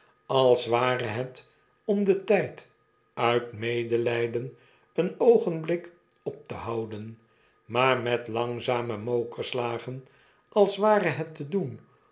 als ware het om den tyd uit medelyden een oogenblik op te houden maar met langzame mokerslagen als ware het te doen